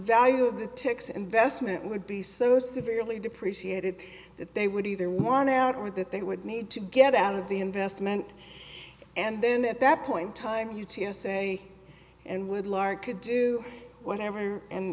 value of the ticks investment would be so severely depreciated that they would either want out or that they would need to get out of the investment and then at that point time u t s a and would lark could do whatever and